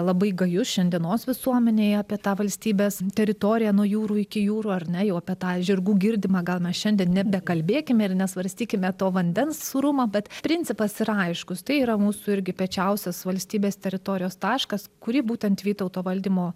labai gajus šiandienos visuomenėje apie tą valstybės teritoriją nuo jūrų iki jūrų ar ne jau apie tą žirgų girdimą gal jau šiandien nebekalbėkime ir nesvarstykime to vandens sūrumą bet principas yra aiškus tai yra mūsų irgi piečiausias valstybės teritorijos taškas kurį būtent vytauto valdymo